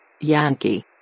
Yankee